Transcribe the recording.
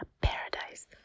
paradise